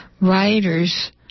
writers